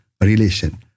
relation